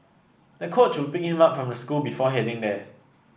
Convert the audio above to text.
the coach would pick him up from school before heading there